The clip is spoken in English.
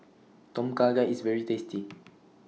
Tom Kha Gai IS very tasty